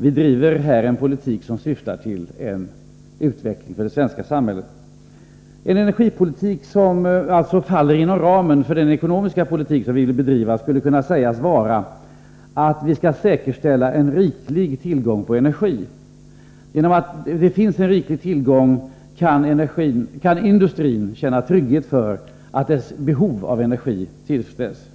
Vi driver här en politik som syftar till en utveckling för det svenska samhället. En energipolitik som faller inom ramen för den ekonomiska politik som vi vill föra skulle kunna sägas innebära att vi skall säkerställa en riklig tillgång på energi. Genom att det finns en sådan kan industrin känna trygghet — dess behov av energi tillfredsställs.